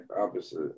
opposite